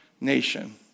nation